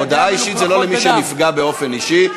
הודעה אישית זה לא למי שנפגע באופן אישי,